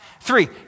Three